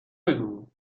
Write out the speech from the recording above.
بگو